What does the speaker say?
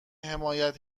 حمایت